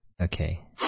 Okay